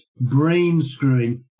brain-screwing